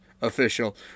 official